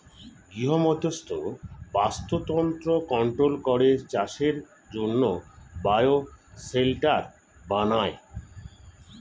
গৃহমধ্যস্থ বাস্তুতন্ত্র কন্ট্রোল করে চাষের জন্যে বায়ো শেল্টার বানায়